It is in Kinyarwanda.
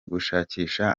gushakisha